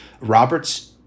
Roberts